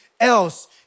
else